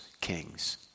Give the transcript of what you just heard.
kings